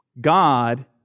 God